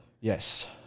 yes